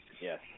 Yes